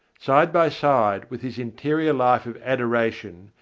side by side with his interior life of adoration,